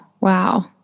Wow